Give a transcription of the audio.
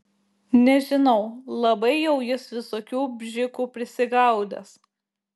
nežinau labai jau jis visokių bžikų prisigaudęs